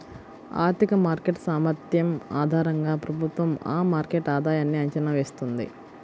ఆర్థిక మార్కెట్ సామర్థ్యం ఆధారంగా ప్రభుత్వం ఆ మార్కెట్ ఆధాయన్ని అంచనా వేస్తుంది